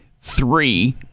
Three